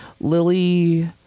lily